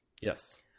Yes